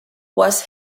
was